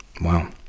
Wow